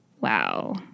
Wow